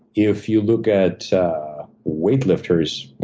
if you look at weightlifters, well,